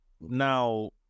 Now